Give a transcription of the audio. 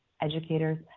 educators